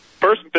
First